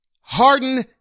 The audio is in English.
Harden